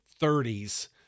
30s